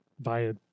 via